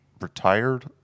retired